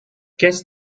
guess